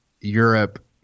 Europe